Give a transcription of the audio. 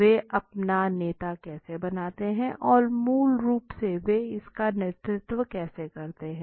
वे अपना नेता कैसे बनाते हैं और मूल रूप से वे इसका नेतृत्व कैसे करते हैं